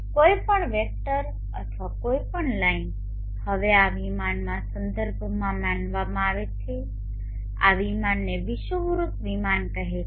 કોઈપણ વેક્ટર અથવા કોઈપણ લાઇન હવે આ વિમાનના સંદર્ભમાં માનવામાં આવે છે આ વિમાનને વિષુવવૃત્ત વિમાન કહેવામાં આવે છે